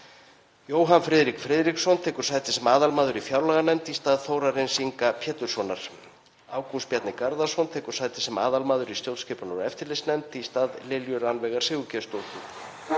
Jóhann Friðrik Friðriksson tekur sæti sem aðalmaður í fjárlaganefnd í stað Þórarins Inga Péturssonar. Ágúst Bjarni Garðarsson tekur sæti sem aðalmaður í stjórnskipunar- og eftirlitsnefnd í stað Lilju Rannveigar Sigurgeirsdóttur.